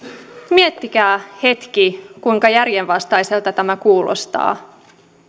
miettikää hetki kuinka järjenvastaiselta tämä kuulostaa